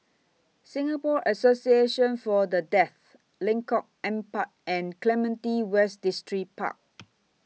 Singapore Association For The Deaf Lengkok Empat and Clementi West Distripark